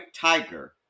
tiger